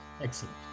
excellent